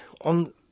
on